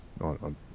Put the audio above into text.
on